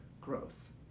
growth